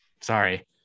Sorry